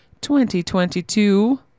2022